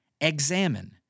examine